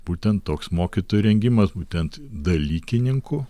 būtent toks mokytojų rengimas būtent dalykininkų